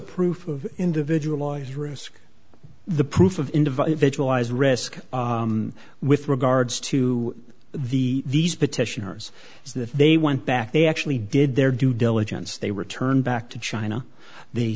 proof of individual lies risk the proof of individualized risk with regards to the these petitioners is that they went back they actually did their due diligence as they returned back to china they